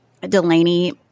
Delaney